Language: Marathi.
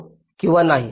हो किंवा नाही